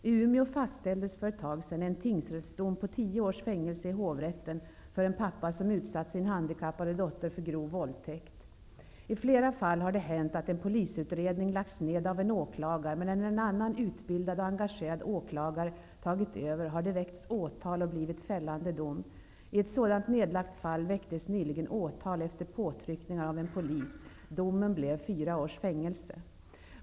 I Umeå fastställdes för ett tag sedan en tingsrättsdom på 1O års fängelse i hovrätten för en pappa som utsatt sin handikappade dotter för grov våldtäkt. I flera fall har det hänt att en polisutredning lagts ned av en åklagare. Men när en annan utbildad och engagerad åklagare tagit över, har det väckts åtal och blivit fällande dom. I ett sådant nedlagt fall väcktes nyligen åtal efter påtryckningar av en polis.